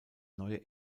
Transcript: neue